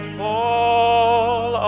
fall